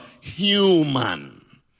human